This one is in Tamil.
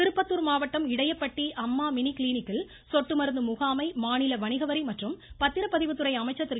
திருப்பத்தூர் மாவட்டம் இடையப்பட்டி அம்மா மினி கிளினிக்கில் சொட்டு மருந்து முகாமை மாநில வணிகவரி மற்றும் பத்திரப்பதிவுத்துறை அமைச்சர் திரு